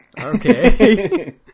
okay